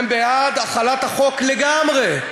הם בעד החלת החוק לגמרי,